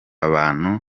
abantu